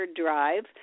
Drive